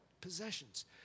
possessions